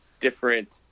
different